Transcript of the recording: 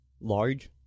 large